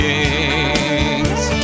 Kings